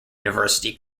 university